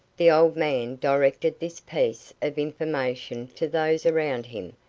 the old man directed this piece of information to those around him,